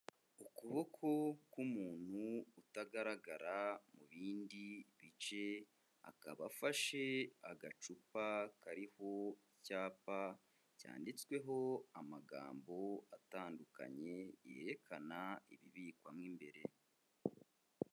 Ukuboko k'umuntu utagaragara mu bindi bice, akaba afashe agacupa kariho icyapa cyanditsweho amagambo atandukanye, yerekana ibibikwamo imbere.